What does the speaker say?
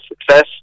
success